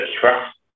trust